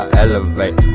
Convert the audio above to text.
elevate